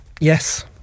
Yes